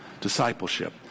Discipleship